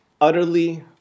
utterly